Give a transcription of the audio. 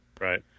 right